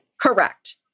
Correct